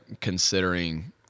considering –